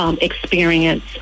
experience